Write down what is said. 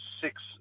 six